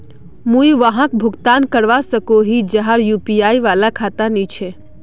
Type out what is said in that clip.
मुई वहाक भुगतान करवा सकोहो ही जहार यु.पी.आई वाला खाता नी छे?